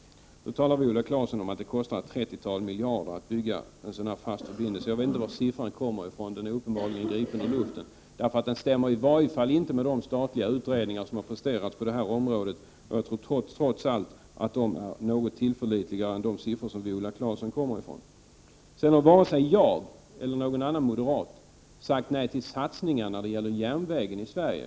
Viola Claesson talar om att det kostar ca 30 miljarder att bygga en sådan här fast förbindelse. Jag vet inte varifrån siffran kommer. Den är uppenbarligen gripen ur luften, för den stämmer i varje fall inte med vad som uppgivits av de statliga utredningar som har presterats. Jag tror trots allt att de uppgifterna är något tillförlitligare än de uppgifter som Viola Claesson kommer med. Varken jag eller någon annan moderat har sagt nej till satsningar på järnvägen i Sverige.